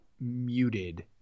muted